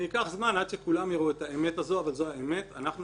ייקח זמן עד שכולם יראו את האמת הזו אבל זו האמת: אנחנו